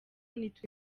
nitwe